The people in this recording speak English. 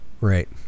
right